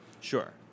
Sure